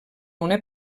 una